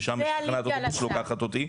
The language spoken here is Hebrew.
ושם יש תחנת אוטובוס שלוקחת אותי.